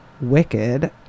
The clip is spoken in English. Wicked